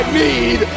need